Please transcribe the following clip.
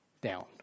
down